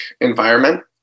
environment